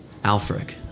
Alfric